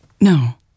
No